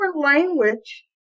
language